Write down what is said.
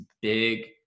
big